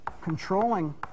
controlling